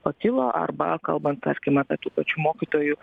pakilo arba kalbant tarkim apie tų pačių mokytojų